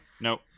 Nope